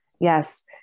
yes